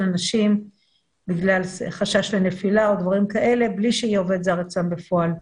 אנשים בגלל חשש לנפילה או דברים כאלה בלי שהעובד זר אצלם בפועל.